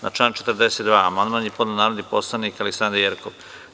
Na član 42. amandman je podneo narodni poslanik Aleksandra Jerkov.